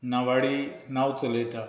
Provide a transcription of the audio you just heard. नावाडी न्हांव चलयता